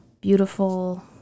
beautiful